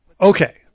Okay